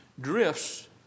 drifts